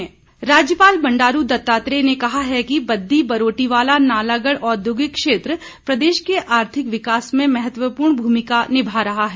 राज्यपाल राज्यपाल बंडारू दत्तात्रेय ने कहा है कि बद्दी बरोटीवाला नालागढ़ औद्योगिक क्षेत्र प्रदेश के आर्थिक विकास में महत्वपूर्ण भूमिका निभा रहा है